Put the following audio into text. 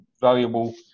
valuable